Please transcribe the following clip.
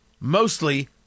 Mostly